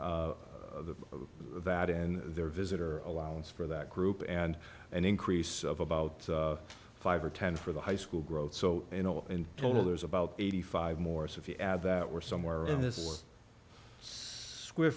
the that in there visitor allowance for that group and an increase of about five or ten for the high school growth so you know in total there's about eighty five more so if you add that we're somewhere